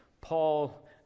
Paul